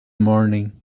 morning